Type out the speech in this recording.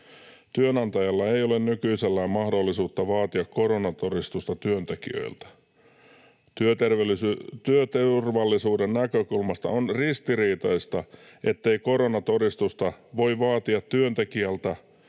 Työnantajalla ei ole nykyisellään mahdollisuutta vaatia koronatodistusta työntekijöiltä. Työturvallisuuden näkökulmasta on ristiriitaista, ettei koronatodistusta voi vaatia työntekijältä,